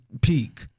peak